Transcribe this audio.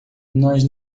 nós